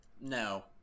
no